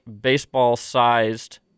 baseball-sized